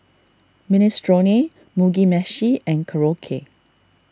Minestrone Mugi Meshi and Korokke